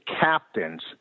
captains